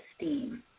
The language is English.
esteem